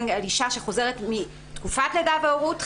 על אישה שחוזרת מתקופת לידה והורות,